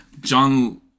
John